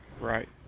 Right